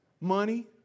money